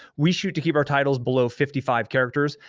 we shoot to keep our titles below fifty five characters,